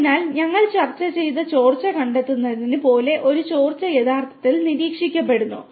അതിനാൽ ഞങ്ങൾ ചർച്ച ചെയ്യുന്ന ചോർച്ച കണ്ടെത്തുന്നത് പോലെ ഈ ചോർച്ച യഥാർത്ഥത്തിൽ നിരീക്ഷിക്കപ്പെടുന്നു